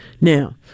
Now